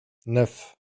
neuf